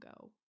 go